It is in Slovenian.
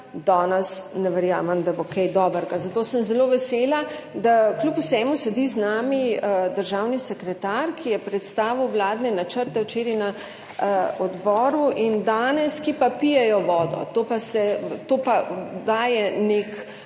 danes ne verjamem, da bo kaj dobrega, zato sem zelo vesela, da kljub vsemu sedi z nami državni sekretar, ki je predstavil vladne načrte včeraj na odboru in danes, ki pa pijejo vodo. To pa daje nek